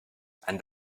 and